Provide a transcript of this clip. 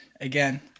again